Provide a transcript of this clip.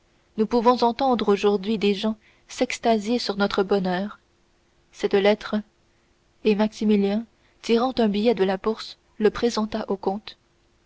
nous pouvons entendre aujourd'hui des gens s'extasier sur notre bonheur cette lettre et maximilien tirant un billet de la bourse le présenta au comte cette